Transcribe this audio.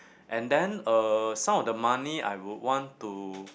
and then uh some of the money I would want to